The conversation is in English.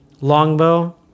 longbow